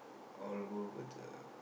all go over the